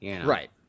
Right